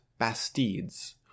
Bastides